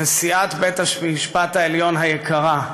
נשיאת בית-המשפט העליון היקרה,